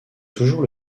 toujours